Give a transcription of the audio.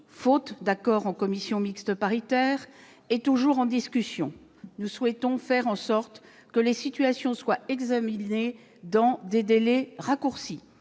faute d'accord en commission mixte paritaire -, nous souhaitons faire en sorte que les situations soient examinées dans des délais raccourcis.